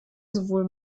sowohl